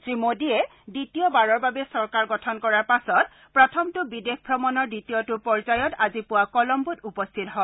শ্ৰীমোডীয়ে দ্বিতীয় বাৰৰ বাবে চৰকাৰ গঠন কৰাৰ পাছত প্ৰথমটো বিদেশ ভ্ৰমণৰ দ্বিতীয় পৰ্যায়ত আজি পুৱা কলম্বোত উপস্থিত হয়